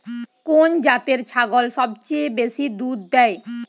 কোন জাতের ছাগল সবচেয়ে বেশি দুধ দেয়?